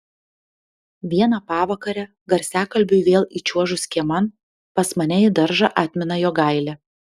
vieną pavakarę garsiakalbiui vėl įčiuožus kieman pas mane į daržą atmina jogailė